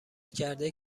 کرده